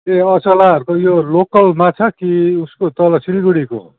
ए असलाहरूको यो लोकल माछा कि उसको तल सिलगढीको